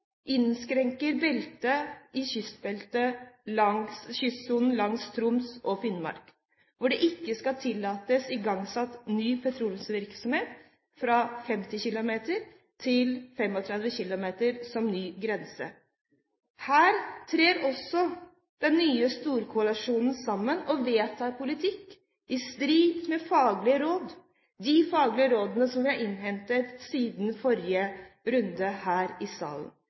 innskrenker beltet i kystsonen langs Troms og Finnmark, hvor det ikke skal tillates igangsatt ny petroleumsvirksomhet fra 50 km til 35 km, som ny grense. Her trer også den nye storkoalisjonen sammen og vedtar politikk i strid med faglige råd – de faglige rådene som vi har innhentet siden forrige runde her i salen.